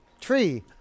Tree